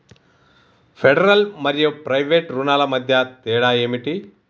Federal మరియు private రుణాల మధ్య తేడా ఏమిటి?